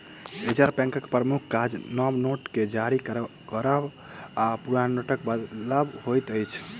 reserve बैंकक प्रमुख काज नव नोट के जारी करब आ पुरान नोटके बदलब होइत अछि